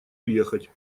уехать